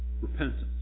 Repentance